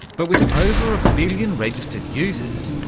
but with over a billion registered users,